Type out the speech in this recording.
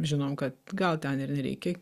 žinom kad gal ten ir nereikia